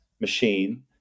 machine